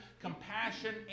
compassion